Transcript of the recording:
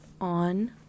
on